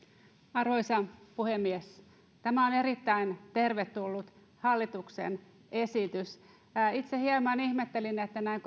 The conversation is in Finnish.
arvoisa puhemies tämä on erittäin tervetullut hallituksen esitys itse hieman ihmettelin että kun näin